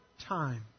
time